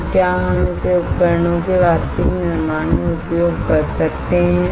तो क्या हम इसे उपकरणों के वास्तविक निर्माण में उपयोग कर सकते हैं